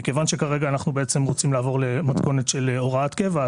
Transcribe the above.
מכיוון שאנחנו רוצים לעבור למתכונת של הוראת קבע,